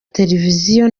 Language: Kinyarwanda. televiziyo